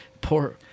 Poor